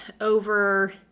over